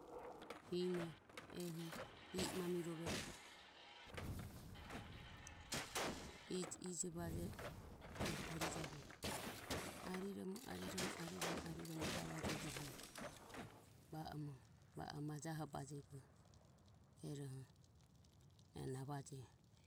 Hine mamirove e ijo ijo vaje i ehi ari jarueje. Arirom, arirom, arirom, gava jejihe va o majaho bajego rueroho va o navajeji.